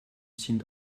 sind